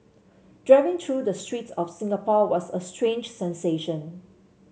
driving through the streets of Singapore was a strange sensation